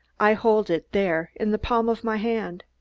i hold it there, in the palm of my hand,